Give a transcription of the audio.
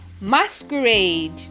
masquerade